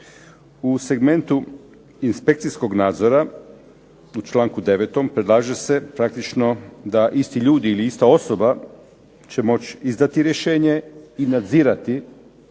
u segmentu inspekcijskog nadzora. U članku 9. predlaže se praktično da isti ljudi ili ista osoba će moći izdati rješenje i nadzirati